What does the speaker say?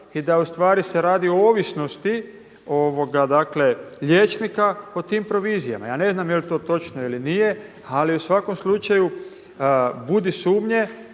i da ustvari se radi o ovisnosti liječnika o tim provizijama. Ja ne znam jel to točno ili nije, ali u svakom slučaju budi sumnje